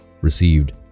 received